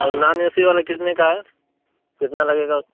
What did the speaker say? और non A C वाला कितने का हे कितना लगेगा उसमें